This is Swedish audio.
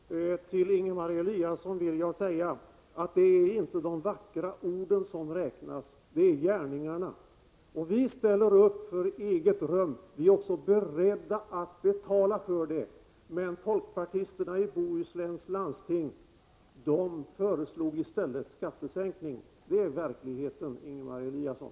Herr talman! Till Ingemar Eliasson vill jag säga att det inte är de vackra orden som räknas — det är gärningarna. Vi ställer upp för eget rum, och vi är beredda att betala för det. Folkpartisterna i Bohusläns landsting föreslog i stället skattesänkning — det är verkligheten, Ingemar Eliasson.